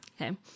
Okay